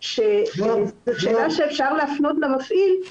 שזאת שאלה שאפשר להפנות למפעיל,